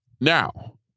Now